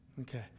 Okay